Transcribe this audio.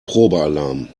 probealarm